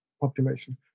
population